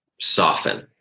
soften